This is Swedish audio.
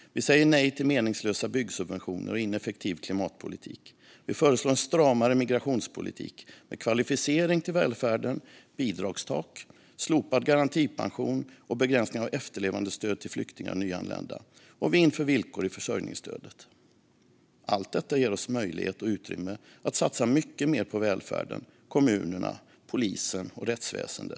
Vi säger nej till meningslösa byggsubventioner och en ineffektiv klimatpolitik. Vi föreslår en stramare migrationspolitik med kvalificering till välfärden, bidragstak, slopad garantipension och begränsning av efterlevandestöd till flyktingar och nyanlända. Vi inför också villkor i försörjningsstödet. Allt detta ger oss möjlighet och utrymme att satsa mycket mer på välfärden, kommunerna, polisen och rättsväsendet.